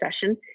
session